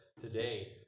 today